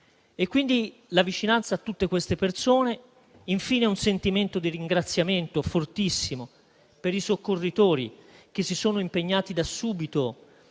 quindi la vicinanza a tutte queste persone. Infine, rivolgo un sentimento di ringraziamento fortissimo per i soccorritori che si sono impegnati da subito